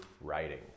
writing